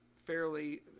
Fairly